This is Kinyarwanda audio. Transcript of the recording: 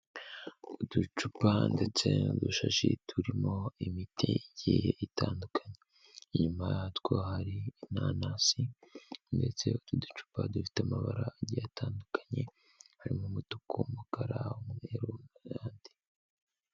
Uducupa ndetse n'udushashi turimo imiti igiye itandukanye, inyuma yatwo hari inanasi ndetse utu ducupa dufite amabara agiye atandukanye harimo umutuku, umukara, umweru n'ayandi.